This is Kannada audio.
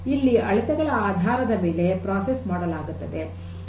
ಇಲ್ಲಿ ಅಳತೆಗಳ ಆಧಾರದ ಮೇಲೆ ಪ್ರಕ್ರಿಯೆ ಮಾಡಲಾಗುತ್ತದೆ